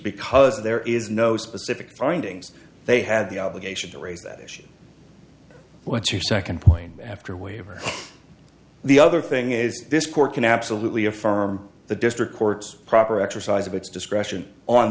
because there is no specific findings they had the obligation to raise that issue what's your second point after waiver the other thing is this court can absolutely affirm the district court's proper exercise of its discretion on